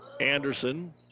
Anderson